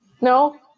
No